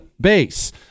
base